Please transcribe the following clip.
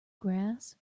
grass